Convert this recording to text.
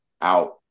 out